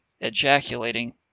ejaculating